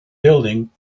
building